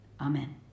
Amen